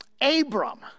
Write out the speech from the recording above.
abram